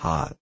Hot